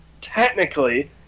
Technically